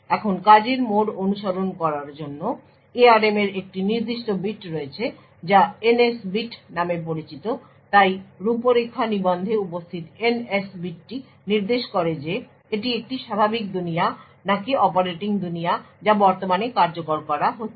এখন কাজের মোড অনুসরণ করার জন্য ARM এর একটি নির্দিষ্ট বিট রয়েছে যা NS বিট নামে পরিচিত তাই রূপরেখা নিবন্ধে উপস্থিত NS বিটটি নির্দেশ করে যে এটি একটি স্বাভাবিক দুনিয়া নাকি অপারেটিং দুনিয়া যা বর্তমানে কার্যকর করা হচ্ছে